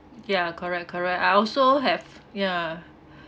ya correct correct I also have ya